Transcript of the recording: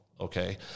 okay